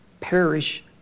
perish